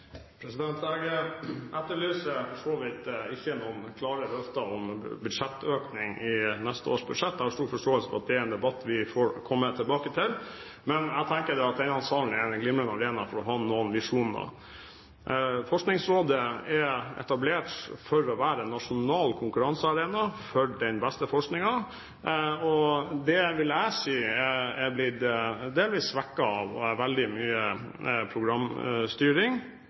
Jeg etterlyser for så vidt ikke noen klare løfter om budsjettøkning i neste års budsjett. Jeg har stor forståelse for at det er en debatt vi får komme tilbake til, men jeg tenker at denne salen er en glimrende arena for å ha noen visjoner. Forskningsrådet er etablert for å være en nasjonal konkurransearena for den beste forskningen, og jeg vil si at det er blitt delvis svekket av veldig tematisk programstyring.